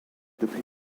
depuis